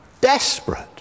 desperate